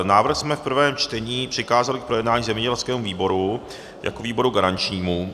Návrh jsme v prvém čtení přikázali k projednání zemědělskému výboru jako výboru garančnímu.